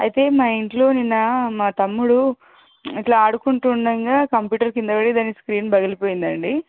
అయితే మా ఇంట్లో నిన్న మా తమ్ముడు ఇట్లా ఆడుకుంటూ ఉండంగా కంప్యూటరు క్రింద పడి దాని స్క్రీన్ పగిలిపోయిందండి